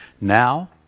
Now